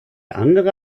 andere